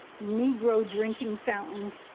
negro drinking fountains,